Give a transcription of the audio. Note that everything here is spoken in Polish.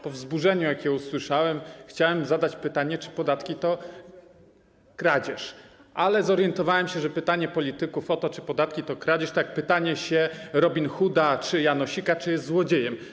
Po wzburzeniu, jakie usłyszałem, chciałem zadać pytanie, czy podatki to kradzież, ale zorientowałem się, że pytanie polityków o to, czy podatki to kradzież, to jak pytanie się Robin Hooda czy Janosika, czy jest złodziejem.